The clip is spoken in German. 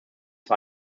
war